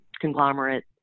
conglomerate